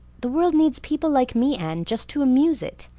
the world needs people like me, anne, just to amuse it.